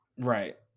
Right